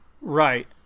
Right